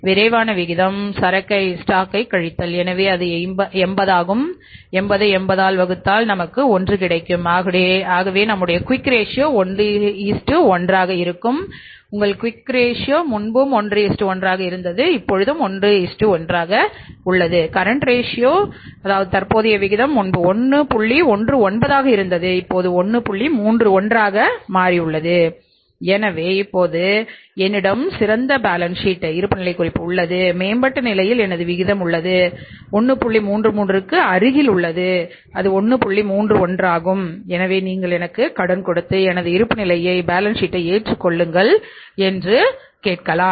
விரைவான விகிதம் quick ratio ஏற்றுக் கொள்ளுங்கள் என்று கேட்கலாம்